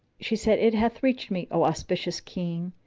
she said, it hath reached me, o auspicious king,